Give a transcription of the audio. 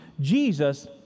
Jesus